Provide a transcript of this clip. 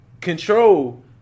control